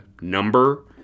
number